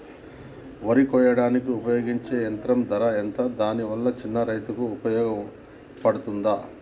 వరి కొయ్యడానికి ఉపయోగించే యంత్రం ధర ఎంత దాని వల్ల చిన్న రైతులకు ఉపయోగపడుతదా?